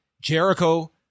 Jericho